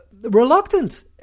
reluctant